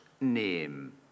name